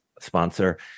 sponsor